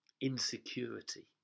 insecurity